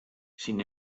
sin